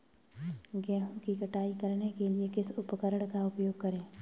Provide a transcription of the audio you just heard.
गेहूँ की कटाई करने के लिए किस उपकरण का उपयोग करें?